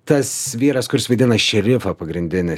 tas vyras kuris vaidina šerifą pagrindinį